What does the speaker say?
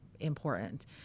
important